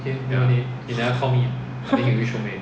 ya